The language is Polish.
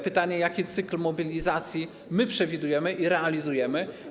Pytanie, jaki cykl mobilizacji my przewidujemy i realizujemy.